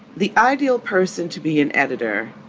the ideal person to be an editor?